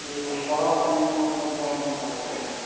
ఈ పొగాకు పండించడం చూద్దాం అనుకుంటున్నారా అండి